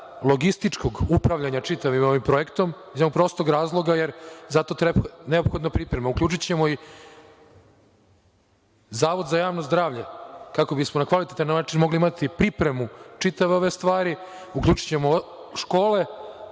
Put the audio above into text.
logističkog upravljanja čitavim ovim projektom, iz prostog razloga jer je za to neophodna priprema. Uključićemo i Zavod za javno zdravlje, kako bismo na kvalitetan način mogli imati pripremu čitave ove stvari. Uključićemo i škole